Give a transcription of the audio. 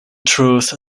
truth